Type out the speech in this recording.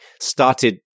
started